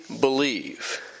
believe